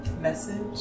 Message